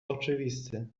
oczywisty